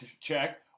check